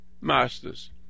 masters